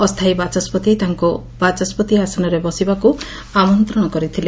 ଅସ୍ତାୟୀ ବାଚସ୍ୱତି ତାଙ୍କୁ ବାଚସ୍ୱତି ଆସନରେ ବସିବାକୁ ଆମନ୍ତଶ କରିଥିଲେ